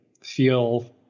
feel